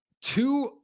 two